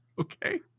Okay